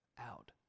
out